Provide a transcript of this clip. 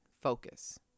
focus